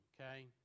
Okay